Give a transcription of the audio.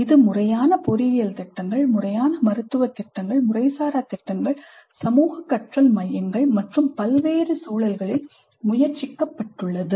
இது முறையான பொறியியல் திட்டங்கள் முறையான மருத்துவ திட்டங்கள் முறைசாரா திட்டங்கள் சமூக கற்றல் மையங்கள் மற்றும் பல்வேறு சூழல்களில் முயற்சிக்கப்பட்டுள்ளது